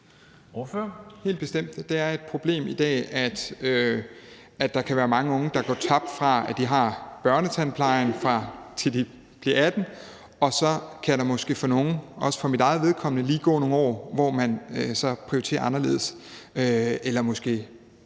Helt bestemt. Det er et problem i dag, at der kan være mange unge, der bliver tabt. Fra de er i børnetandplejen indtil det 18. år, kan der måske for nogle – også for mit eget vedkommende – lige være nogle år, hvor de prioriterer anderledes.